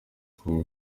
com